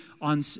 on